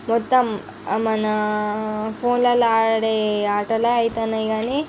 మొత్తం మన ఫోన్లల్ల ఆడే ఆటలు అవుతున్నాయి కానీ